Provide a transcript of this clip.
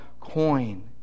coin